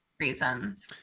reasons